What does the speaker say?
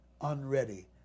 unready